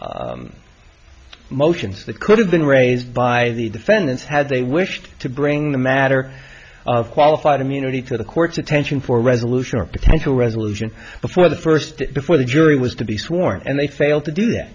motions that could have been raised by the defendants had they wished to bring the matter of qualified immunity to the court's attention for a resolution or potential resolution before the first before the jury was to be sworn and they failed to do that